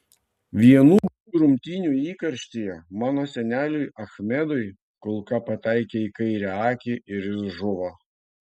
vienų grumtynių įkarštyje mano seneliui achmedui kulka pataikė į kairę akį ir jis žuvo